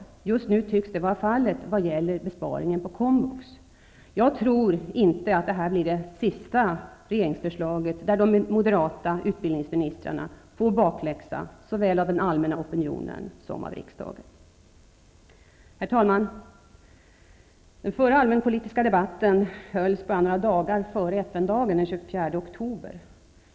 > bJust nu tycks det vara fallet vad gäller besparingen på komvux. Jag tror inte att det här blir det sista regeringsförslaget där de moderata utbildningsministrarna får bakläxa av såväl den allmänna opinionen som av riksdagen. Herr talman! Den förra allmänpolitiska debatten hölls några dagar före FN-dagen den 24 oktober.